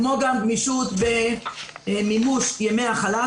כמו גם גמישות במימוש ימי החל"ת,